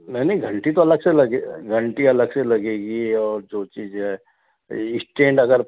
नहीं नहीं घंटी तो अलग से लगे घंटी अलग से लगेगी और जो चीज है स्टैंड अगर